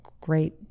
great